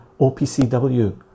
OPCW